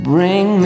Bring